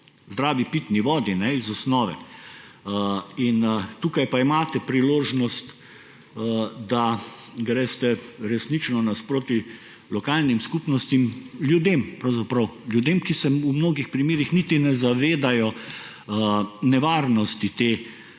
zdravi pitni vodi iz osnove. Tukaj pa imate priložnost, da greste resnično naproti lokalnim skupnostim, ljudem, ki se v mnogih primerih niti ne zavedajo nevarnosti te